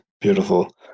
beautiful